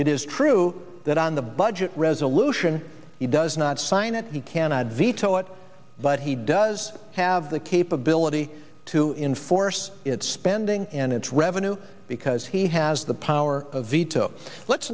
it is true that on the budget resolution he does not sign it he cannot veto it but he does have the capability to inforce its spending and its revenue because he has the power of veto let's